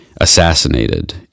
assassinated